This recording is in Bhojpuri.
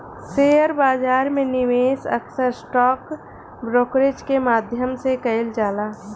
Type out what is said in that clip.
शेयर बाजार में निवेश अक्सर स्टॉक ब्रोकरेज के माध्यम से कईल जाला